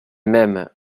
mêmes